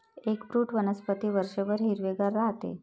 eggfruit वनस्पती वर्षभर हिरवेगार राहते